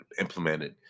implemented